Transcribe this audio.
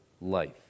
life